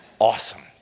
Awesome